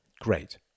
great